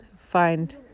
find